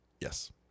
yes